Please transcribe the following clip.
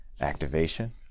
activation